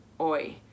OI